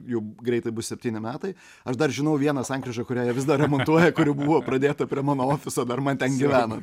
jau greitai bus septyni metai aš dar žinau vieną sankryžą kurią jie vis dar remontuoja kuri buvo pradėta prie mano ofiso dar man ten gyvenant